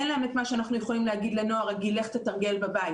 אין להם את מה שאנחנו יכולים להגיד לנוער רגיל 'לך תתרגל בבית'.